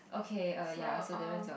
so um